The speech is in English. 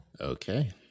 Okay